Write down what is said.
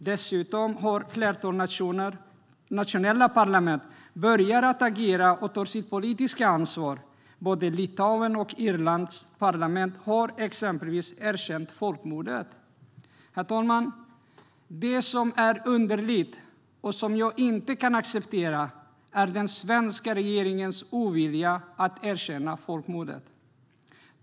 Dessutom har nationella parlament börjat att agera och ta sitt politiska ansvar. Exempelvis både Litauens och Irlands parlament har erkänt folkmordet. Herr talman! Det som är underligt och som jag inte kan acceptera är den svenska regeringens ovilja att erkänna folkmordet.